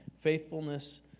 Faithfulness